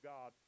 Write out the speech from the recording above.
God